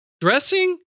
dressing